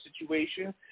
situation